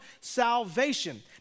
salvation